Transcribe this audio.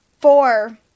Four